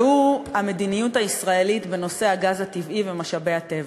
והוא המדיניות הישראלית בנושא הגז הטבעי ומשאבי הטבע.